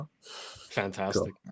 fantastic